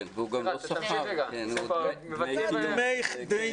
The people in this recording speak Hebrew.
כן, והוא גם לא שכר, הוא דמי מחיה.